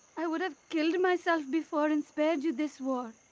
i would have killed myself before and spared you this war.